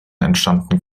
entstanden